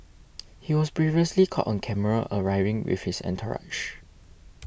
he was previously caught on camera arriving with his entourage